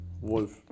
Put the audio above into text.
Wolf